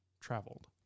traveled